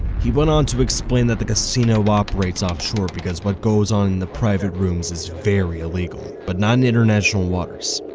he went on to explain that the casino operates off shore because what goes on in the private rooms is very illegal. but not in international waters.